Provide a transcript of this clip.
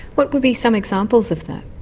what would be some examples of that?